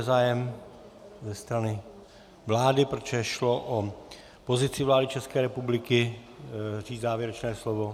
Ze strany vlády, protože šlo o pozici vlády České republiky, říct závěrečné slovo?